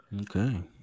Okay